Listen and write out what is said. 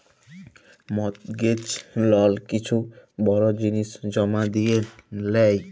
mortgage লল কিছু বড় জিলিস জমা দিঁয়ে লেই